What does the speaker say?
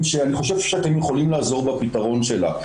שאני חושב שאתם יכולים לעזור בפתרון שלה.